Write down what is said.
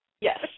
Yes